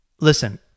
listen –